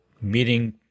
meeting